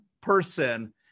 person